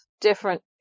different